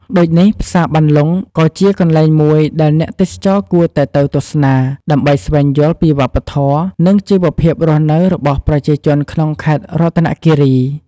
ដូចនេះផ្សារបានលុងក៏ជាកន្លែងមួយដែលអ្នកទេសចរគួរតែទៅទស្សនា ដើម្បីស្វែងយល់ពីវប្បធម៌ និងជីវភាពរស់នៅរបស់ប្រជាជនក្នុងខេត្តរតនគិរី។